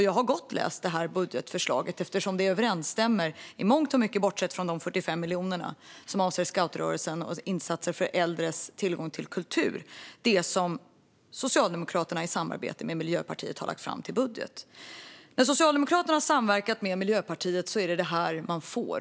Jag har läst budgetförslaget ordentligt eftersom det i mångt och mycket - bortsett från de 45 miljoner som avser scoutrörelsen och insatser för äldres tillgång till kultur - överensstämmer med det som Socialdemokraterna i samarbete med Miljöpartiet har lagt fram i förslag till budget. När Socialdemokraterna har samverkat med Miljöpartiet är det detta man får.